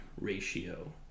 ratio